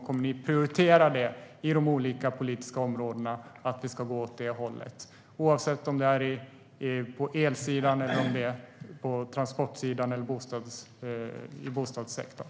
Kommer ni att på de olika politiska områdena prioritera att vi ska gå åt det hållet - oavsett om det gäller elsidan, transportsidan eller bostadssektorn?